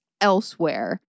elsewhere